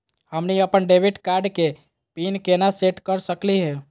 हमनी अपन debit card के पीन केना सेट कर सकली हे?